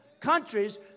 Countries